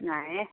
ନାହିଁ